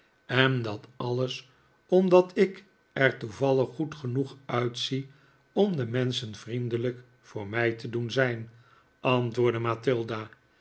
en dat alles omdat ik er toevallig goed genoeg uitzie om de menschen vriendelijk voor mij te doen zijn antwoordde